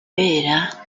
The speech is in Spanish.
vera